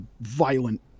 violent